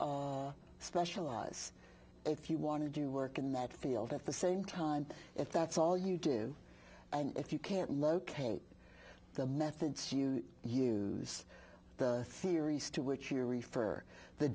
specialize if you want to do work in that field at the same time if that's all you do and if you can't locate the methods you use the theories to which you refer the